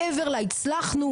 מעבר ל-הצלחנו,